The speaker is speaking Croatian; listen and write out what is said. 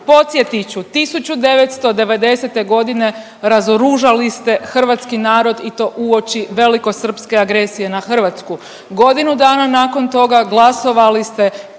Podsjetit ću 1990. godine, razoružali ste hrvatski narod i to uoči velikosrpske agresije na Hrvatsku, godinu dana nakon toga glasovali ste